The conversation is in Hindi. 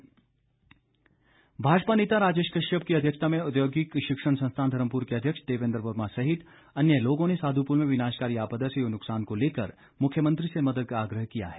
भेंट भाजपा नेता राजेश कश्यप की अध्यक्षता में औद्योगिक शिक्षण संस्थान धर्मपुर के अध्यक्ष देवेन्द्र वर्मा सहित अन्य लोगों ने साधुपुल में विनाशकारी आपदा से हुए नुकसान को लेकर मुख्यमंत्री से मदद का आग्रह किया है